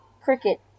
cricket